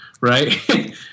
Right